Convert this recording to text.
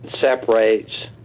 separates